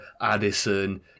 Addison